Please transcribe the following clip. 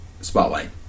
Spotlight